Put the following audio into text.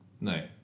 No